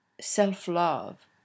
self-love